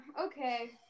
okay